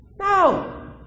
No